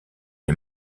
est